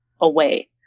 away